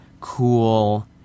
cool